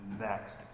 Next